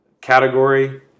category